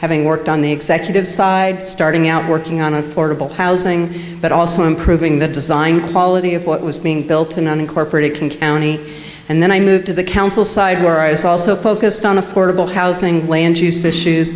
having worked on the executive side starting out working on affordable housing but also improving the design quality of what was being built in unincorporated county and then i moved to the council side where i was also focused on affordable housing land use issues